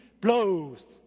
blows